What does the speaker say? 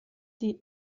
die